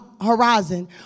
horizon